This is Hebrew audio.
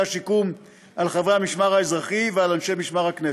השיקום על חברי המשמר האזרחי ועל אנשי משמר הכנסת.